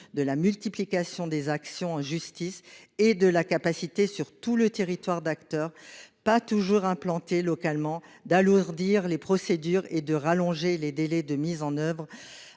de la multiplication des actions en justice et de la capacité qu'ont certains acteurs, qui ne sont pas toujours implantés localement, d'alourdir les procédures et d'allonger les délais de mise en oeuvre.